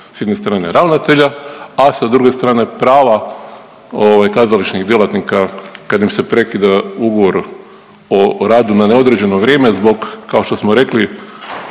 s jedne strane ravnatelja, a sa druge strane prava ovaj, kazališnih djelatnika kad im se prekida ugovor o radu na neodređeno vrijeme, zbog, kao što smo rekli,